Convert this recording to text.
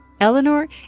Eleanor